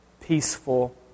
peaceful